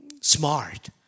smart